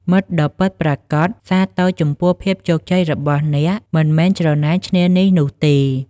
មិត្តដ៏៏ពិតប្រាកដសាទរចំពោះភាពជោគជ័យរបស់អ្នក មិនមែនច្រណែនឈ្នានីសនោះទេ។